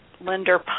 lender